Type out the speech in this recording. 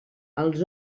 els